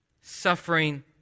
suffering